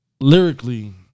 Lyrically